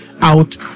out